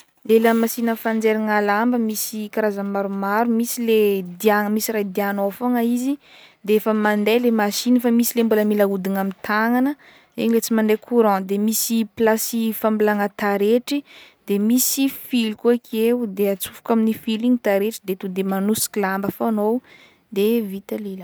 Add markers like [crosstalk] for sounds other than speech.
Ny lamasinina fanjairagna lamba misy karazany maromaro misy le [hesitation] diagna, misy raha hidiagnao fogna izy, de efa mande le machine, fa misy le mbôla ahodigna amy tagnagna, regny le tsy mande mande courant de misy place fambilagna taretry, de misy fily koa akeo de atsofoko aminy fily igny taretra de ton'de manosiky lamba foa agnao de vita le lamba.